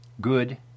Good